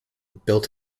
built